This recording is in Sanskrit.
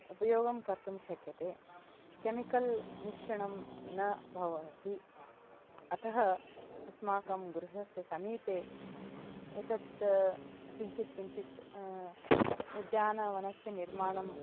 उपयोगं कर्तुं शक्यते केमिकल् मिश्रणं न भवति अतः अस्माकं गृहस्य समीपे एतत् किञ्चित् किञ्चित् उद्यानवनस्य निर्माणं